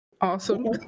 awesome